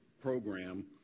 program